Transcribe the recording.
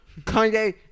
Kanye